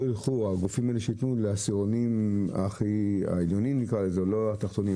ייתנו לעשירונים העליונים או לא התחתונים.